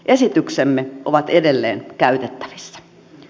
esityksemme ovat edelleen käytettävissä